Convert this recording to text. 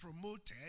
promoted